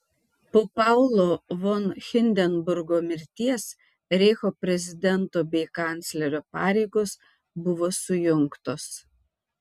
po paulo von hindenburgo mirties reicho prezidento bei kanclerio pareigos buvo sujungtos